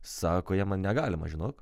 sako jie man negalima žinok